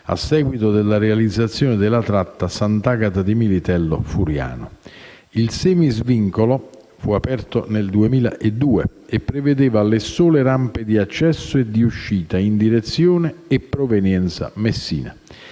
a seguito della realizzazione della tratta Sant'Agata di Militello-Furiano. Il semi-svincolo, aperto dal 2002, prevedeva le sole rampe di accesso e di uscita in direzione e provenienza Messina.